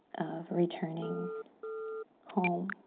of returning home.